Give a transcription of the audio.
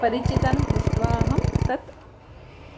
परिचितान् पृष्ट्वा अहं तत्